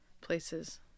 places